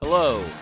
Hello